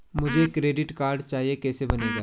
मुझे credit card चाहिए कैसे बनेगा?